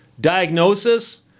Diagnosis